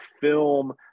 film